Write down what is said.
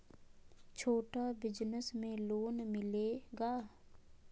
छोटा बिजनस में लोन मिलेगा?